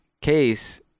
case